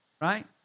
Right